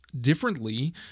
differently